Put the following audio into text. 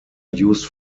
used